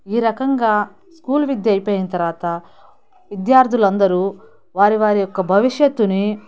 ఈ రకంగా స్కూల్ విద్య అయిపోయిన తర్వాత విద్యార్థులందరూ వారి వారి యొక్క భవిష్యత్తుని